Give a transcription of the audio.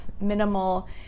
minimal